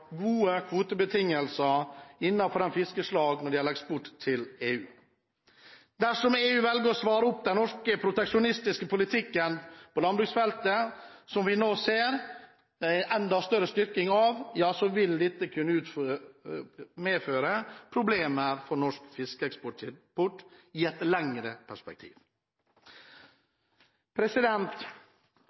gode kvotebetingelser for fiskeslag med tanke på eksport til EU. Dersom EU velger å svare på den norske proteksjonistiske politikken på landbruksfeltet som vi nå ser en enda større styrking av, vil dette kunne medføre problemer for norsk fiskeeksport i et lengre